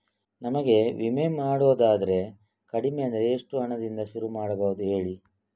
ನಮಗೆ ವಿಮೆ ಮಾಡೋದಾದ್ರೆ ಕಡಿಮೆ ಅಂದ್ರೆ ಎಷ್ಟು ಹಣದಿಂದ ಶುರು ಮಾಡಬಹುದು ಹೇಳಿ